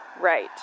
right